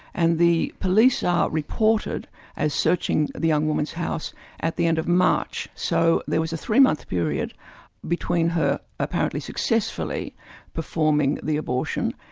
and the police are reported as searching the young woman's house at the end of march. so there was a three-month period between her apparently successfully performing the abortion,